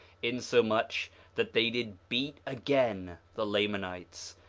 insomuch that they did beat again the lamanites,